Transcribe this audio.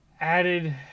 added